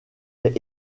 est